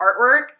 artwork